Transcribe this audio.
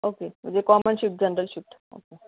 okay म्हणजे common shift general shift okay